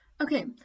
okay